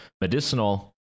medicinal